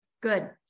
Good